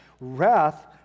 Wrath